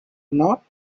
not